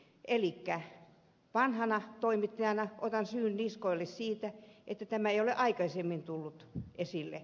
elikkä vanhana toimittajana otan syyn niskoilleni siitä että tämä ei ole aikaisemmin tullut esille